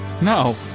No